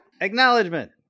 acknowledgement